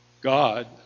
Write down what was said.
God